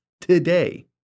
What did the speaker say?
today